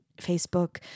Facebook